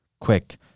quick